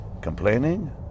complaining